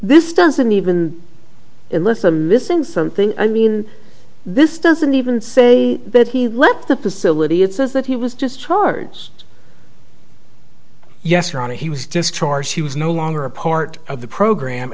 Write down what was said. this doesn't even unless i'm missing something i mean this doesn't even say that he left the facility it says that he was just charged yes rahni he was discharged she was no longer a part of the program